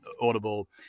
Audible